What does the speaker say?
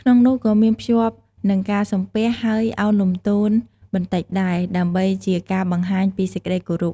ក្នុងនោះក៏មានភ្ជាប់នឹងការសំពះហើយឱនលំទោនបន្តិចដែរ ដើម្បីជាការបង្ហាញពីសេចក្តីគោរព។